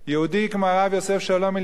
יהודי כמו הרב יוסף אלישיב,